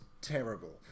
terrible